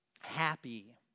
happy